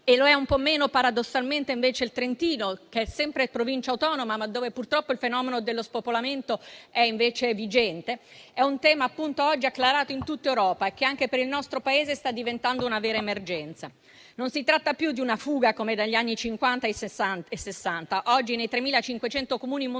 E lo è un po' meno paradossalmente invece il Trentino, che è sempre Provincia autonoma, ma dove purtroppo il fenomeno dello spopolamento è invece vigente. È un tema oggi acclarato in tutta Europa e anche per il nostro Paese sta diventando una vera emergenza. Non si tratta più di una fuga, come negli anni Cinquanta e Sessanta. Oggi nei 3.500 Comuni montani